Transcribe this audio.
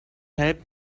help